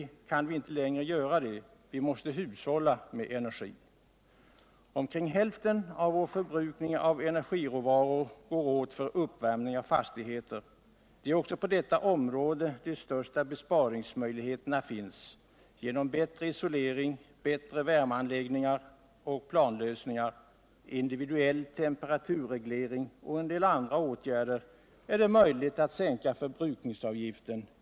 — kan vi inte längre slösa. Vi måste hushålla med energin. Omkring hälften av vår förbrukning av energirå varor går åt för uppvärmning av fastigheter. Det är också på detta område som de största besparingsmöjligheterna finns. Genom bättre isolering, bättre värmeanläggningar och planlösningar, individuell temperaturreglering och en del andra åtgärder är det möjligt att sänka förbrukningen.